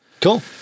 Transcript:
cool